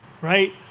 right